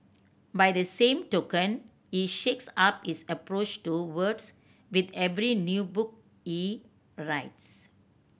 by the same token he shakes up his approach to words with every new book he writes